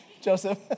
Joseph